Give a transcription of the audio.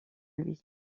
lui